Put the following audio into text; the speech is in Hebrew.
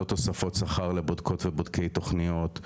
לא תוספות שכר לבודקות ובודקי תכניות,